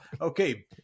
okay